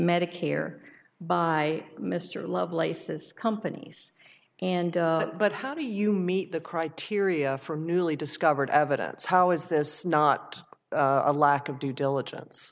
medicare by mr lovelace's companies and but how do you meet the criteria for newly discovered evidence how is this not a lack of due diligence